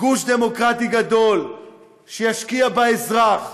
גוש דמוקרטי גדול שישקיע באזרח,